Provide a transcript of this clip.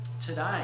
today